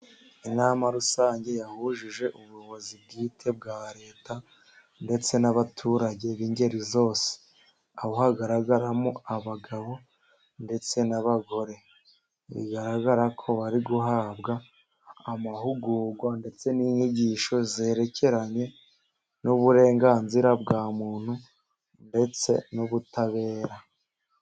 Inama rusange yahuje ubuyobozi bwite bwa reta ndetse n'abaturage b'ingeri zose, aho hagaragaramo abagabo ndetse n'abagore, bigaragara ko bari guhabwa amahugurwa ndetse n'inyigisho zerekeranye n'uburenganzira bwa muntu ndetse n'ubutabera.